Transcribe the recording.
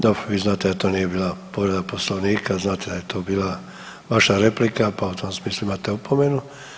Dobro, vi znate da to nije bila povreda Poslovnika, znate da je to bila vaša replika pa u tom smislu imate opomenu.